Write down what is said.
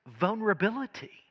vulnerability